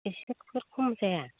एसेफोर खम जाया